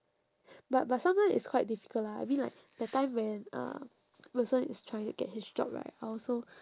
but but sometimes it's quite difficult lah I mean like that time when uh wilson is trying to get his job right I also